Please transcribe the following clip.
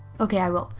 ok i will.